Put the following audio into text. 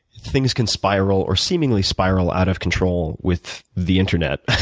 things can spiral or seemingly spiral out of control with the internet and